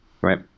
right